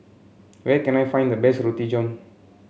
where can I find the best Roti John